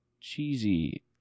cheesy